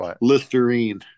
Listerine